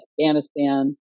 Afghanistan